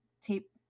tape